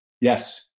Yes